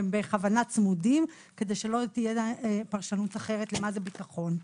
והם בכוונה צמודים כדי שלא תהייה פרשנות אחרת למה זה ביטחון.